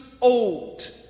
old